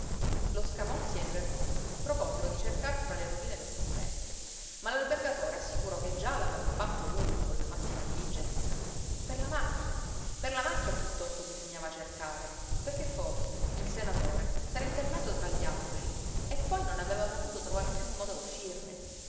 scamozzi e il vernoni proposero di cercar tra le rovine del convento ma l'albergatore assicurò che già l'aveva fatto lui con la massima diligenza per la macchia per la macchia piuttosto bisognava cercare perché forse il senatore s'era internato tra gli alberi e poi non aveva saputo trovar piú modo a uscirne